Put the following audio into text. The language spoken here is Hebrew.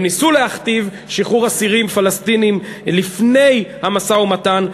הם ניסו להכתיב שחרור אסירים פלסטינים לפני המשא-ומתן,